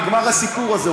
נגמר הסיפור הזה.